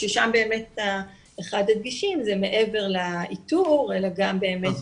ששם באמת אחד הדגשים זה מעבר לאיתור אלא גם באמת